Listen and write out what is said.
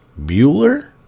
Bueller